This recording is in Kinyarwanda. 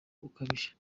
ukabije